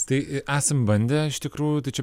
tai esam bandę iš tikrųjų tai čia